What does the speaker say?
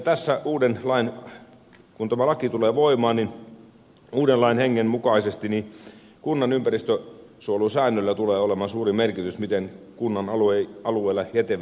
tässä kun tämä laki tulee voimaan uuden lain hengen mukaisesti kunnan ympäristönsuojelusäännöillä tulee olemaan suuri merkitys miten kunnan alueella jätevedet käsitellään